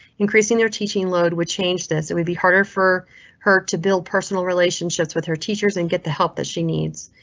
increasing their teaching load would change this. it would be harder for her to build personal relationships with her teachers and get the help that she needs.